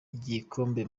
igikombe